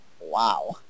Wow